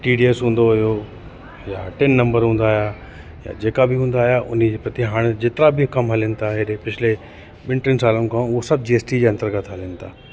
T D S हूंदो हुओ या टिन नम्बर हूंदा हुआ या जेका बि हूंदा हुआ हुनजे प्रति हाणे जेतिरा बि कमु हलनि था हेॾे पिछले ॿिनि टिनि सालनि खां उहो सभु जी एस टी जे अंतरगत हलनि था